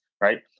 right